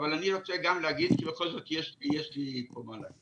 רוצה גם להגיד, כי בכל זאת יש לי פה מה להגיד.